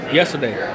yesterday